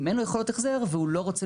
אם אין לו יכולות החזר והוא לא רוצה